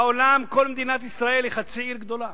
בעולם כל מדינת ישראל היא חצי עיר גדולה.